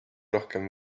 rohkem